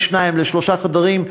בין שניים לשלושה חדרים,